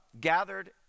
gathered